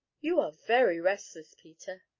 you are very restless, peter!